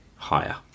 Higher